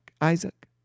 Isaac